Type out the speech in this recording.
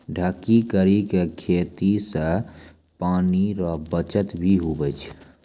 ढकी करी के खेती से पानी रो बचत भी हुवै छै